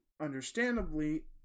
understandably